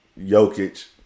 Jokic